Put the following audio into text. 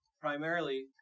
Primarily